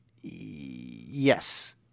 Yes